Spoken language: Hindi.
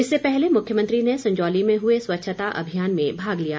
इससे पहले मुख्यमंत्री ने संजौली में हुए स्वच्छता अभियान में भाग लिया